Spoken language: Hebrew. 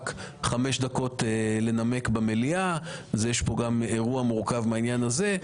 כנסת חמש דקות לנמק במליאה כך שיש כאן גם אירוע מורכב מהעניין הזה.